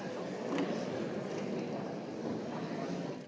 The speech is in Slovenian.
Hvala.